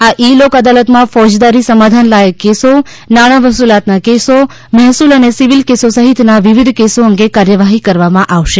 આ ઇ લોક અદાલતમાં ફોજદારી સમાધાન લાયક કેસો નાણાં વસૂલાતના કેસો મહેસૂલ અને સિવિલ કેસો સહિતના વિવિધ કેસો અંગે કાર્યવાહી કરવામાં આવશે